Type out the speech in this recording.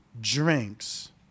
drinks